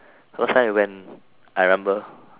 first time I went I remember